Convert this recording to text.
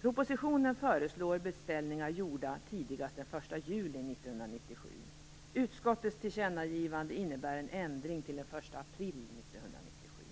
Propositionens förslag avser beställningar gjorda tidigast den 1 juli 1997. Utskottets tillkännagivande innebär en ändring till den 1 april 1997.